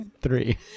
three